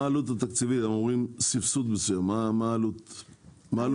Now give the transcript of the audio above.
מה העלות התקציבית?